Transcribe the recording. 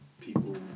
people